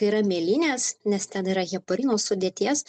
tai yra mėlynės nes ten yra heparino sudėties